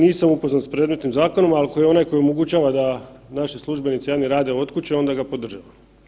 Nisam upoznat s predmetnim zakonom, ako je onaj koji omogućava da naši službenici javni rade od kuće onda ga podržavam.